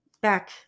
back